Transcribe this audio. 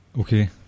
Okay